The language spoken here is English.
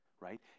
right